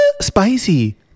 spicy